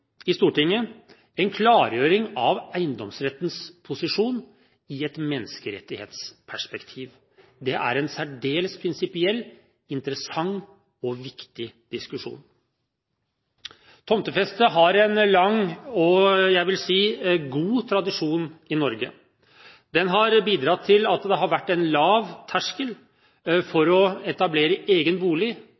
i Stortinget har her å forholde oss til en klargjøring av eiendomsrettens posisjon i et menneskerettighetsperspektiv. Det er en særdeles prinsipiell, interessant og viktig diskusjon. Tomtefeste har en lang og – jeg vil si – en god tradisjon i Norge. Den har bidratt til at det har vært en lav terskel for å etablere